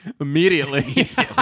immediately